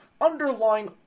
underline